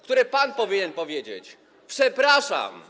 które pan powinien powiedzieć - „przepraszam”